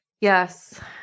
Yes